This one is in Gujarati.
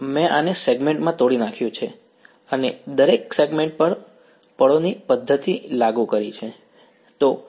મેં આને સેગમેન્ટ માં તોડી નાખ્યું છે અને અહીં દરેક સેગમેન્ટ પર પળોની પદ્ધતિ લાગુ કરી છે